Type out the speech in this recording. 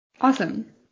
Awesome